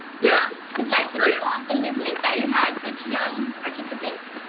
yeah was that typical of the movement that you had such young participants?